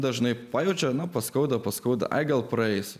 dažnai pajaučia ana paskauda paskauda tai gal praeis